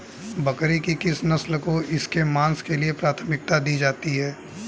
बकरी की किस नस्ल को इसके मांस के लिए प्राथमिकता दी जाती है?